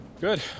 Good